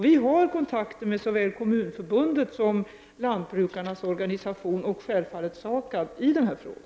Vi har kontakter med såväl Kommunförbundet som lantbrukarnas organisation, och självfallet också SAKAB, i den här frågan.